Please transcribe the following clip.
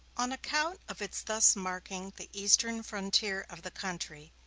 on account of its thus marking the eastern frontier of the country,